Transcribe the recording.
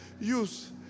Use